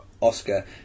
Oscar